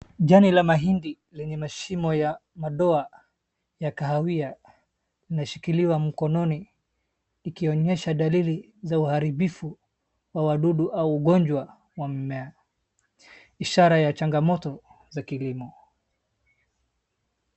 Jani la mahindi lenye mashimo ya madoa ya kahawia inashikiliwa mkononi ikionyesha dalili za uharibifu wa wadudu au ugonjwa wa mimea. Ishara ya changamoto za kilimo.